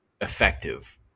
effective